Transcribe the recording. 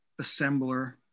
assembler